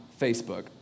Facebook